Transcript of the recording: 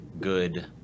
good